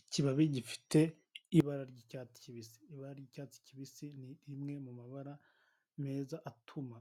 Ikibabi gifite ibara ry'icyatsi kibisi, ibara ry icyatsi kibisi ni rimwe mu mabara meza, atuma